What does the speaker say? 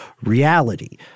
reality